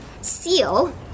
seal